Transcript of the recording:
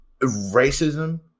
racism